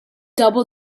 double